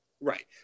right